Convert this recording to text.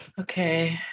okay